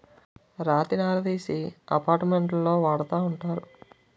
రాతి నార తీసి అపార్ట్మెంట్లో వాడతా ఉంటారు